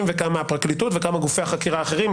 וכמה הפרקליטות וכמה גופי החקירה האחרים,